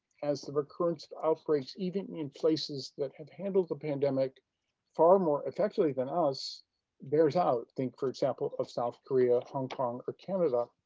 as the recurrence of outbreaks even in places that have handled the pandemic far more effectively than us bears out. think, for example, of south korea, hong kong, or canada.